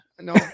No